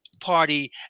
party